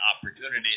opportunities